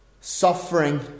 suffering